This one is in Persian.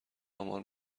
آمار